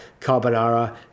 carbonara